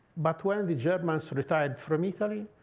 but when the germans retired from italy,